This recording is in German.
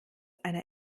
einer